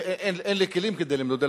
ואין לי כלים כדי למדוד,